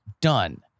done